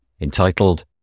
entitled